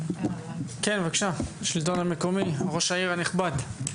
בבקשה, השלטון המקומי, ראש העיר הנכבד.